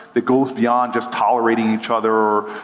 that goes beyond just tolerating each other,